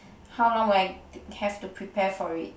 how long will I have to prepare for it